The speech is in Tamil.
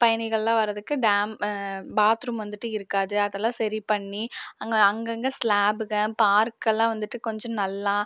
பயணிகள்லாம் வரதுக்கு டேம் பாத்ரூம் வந்துட்டு இருக்காது அதெல்லாம் சரி பண்ணி அங்கே அங்கங்கே ஸ்லாப்புங்க பார்க்கெல்லாம் வந்துட்டு கொஞ்சம் நல்லா